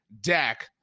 Dak